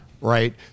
right